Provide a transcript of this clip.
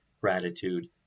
gratitude